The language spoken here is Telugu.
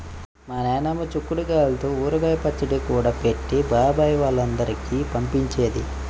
మా నాయనమ్మ చిక్కుడు గాయల్తో ఊరగాయ పచ్చడి కూడా పెట్టి బాబాయ్ వాళ్ళందరికీ పంపించేది